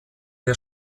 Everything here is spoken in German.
der